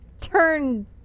turn